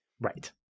Right